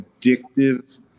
addictive